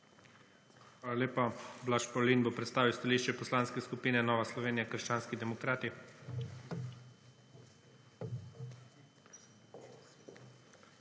Hvala lepa. Blaž Pavlin bo predstavil stališče Poslanske skupine Nova Slovenija – krščanski demokrati. BLAŽ